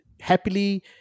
happily